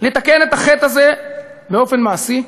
לתקן את החטא הזה באופן מעשי,